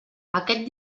aquest